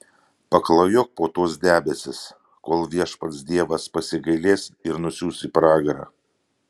paklajok po tuos debesis kol viešpats dievas pasigailės ir nusiųs į pragarą